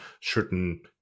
certain